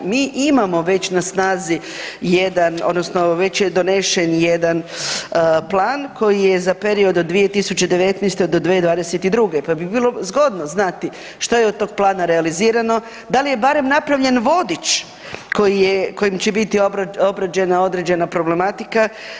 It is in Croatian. Mi imamo već na snazi jedan odnosno već je donesen jedan plan koji je za period od 2019. do 2022. pa bi bilo zgodno znati šta je od tog plana realizirano, da li je barem napravljen vodič koji je, kojim će biti obrađena određena problematika.